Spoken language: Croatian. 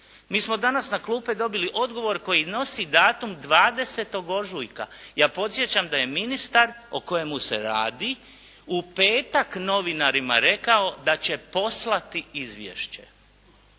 Mi smo danas na klupe dobili odgovor koji nosi datum 20. ožujka. Ja podsjećam da je ministar o kojemu se radi u petak novinarima rekao da će poslati izvješće.